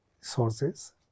sources